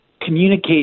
communicate